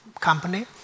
company